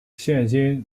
现今